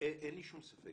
אין לי שום ספק,